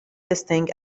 testing